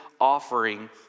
offering